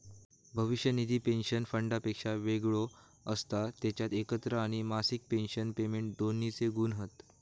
भविष्य निधी पेंशन फंडापेक्षा वेगळो असता जेच्यात एकत्र आणि मासिक पेंशन पेमेंट दोन्हिंचे गुण हत